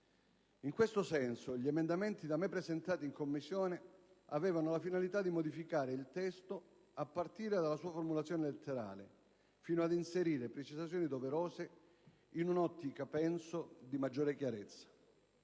In questo senso, gli emendamenti da me presentati in Commissione avevano la finalità di modificare il testo a partire dalla sua formulazione letterale, fino ad inserire precisazioni doverose in un'ottica, penso, di maggiore chiarezza.